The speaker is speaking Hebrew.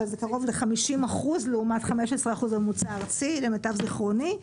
קרוב ל-50% לעומת 15% הממוצע הארצי למיטב זכרוני.